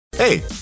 Hey